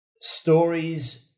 stories